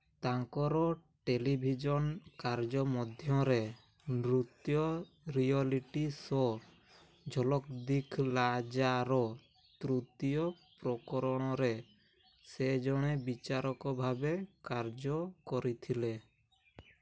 ତାଙ୍କର ଟେଲିଭିଜନ କାର୍ଯ୍ୟ ମଧ୍ୟରେ ନୃତ୍ୟ ରିଆଲିଟି ସୋ ଝଲକ୍ ଦିଖ୍ଲାଯାର ତୃତୀୟ ପ୍ରକରଣରେ ସେ ଜଣେ ବିଚାରକ ଭାବେ କାର୍ଯ୍ୟ କରିଥିଲେ